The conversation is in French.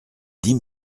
dix